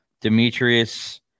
Demetrius